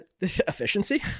Efficiency